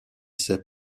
c’est